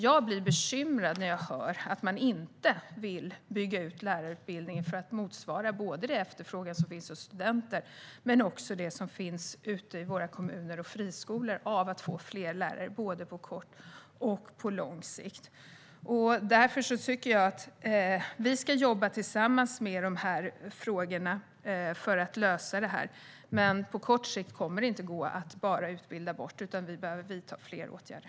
Jag blir bekymrad när jag hör att man inte vill bygga ut lärarutbildningen så att den motsvarar inte bara den efterfrågan som finns hos studenter utan även den efterfrågan på lärare, på både kort och lång sikt, som finns ute i våra kommuner och friskolor. Därför tycker jag att vi ska jobba tillsammans med dessa frågor för att lösa detta. På kort sikt kommer det dock inte att gå att bara utbilda bort bristen, utan vi behöver vidta fler åtgärder.